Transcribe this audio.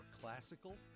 classical